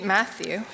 Matthew